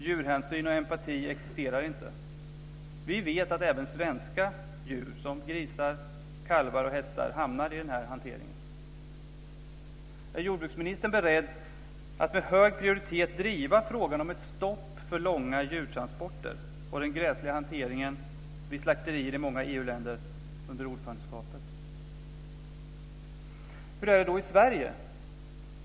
Djurhänsyn och empati existerar inte. Vi vet att även svenska djur som grisar, kalvar och hästar hamnar i hanteringen. Är jordbruksministern beredd att under ordförandeskapet med hög prioritet driva frågan om ett stopp för långa djurtransporter och den gräsliga hanteringen vid slakterier i många EU-länder? Hur är det då i Sverige?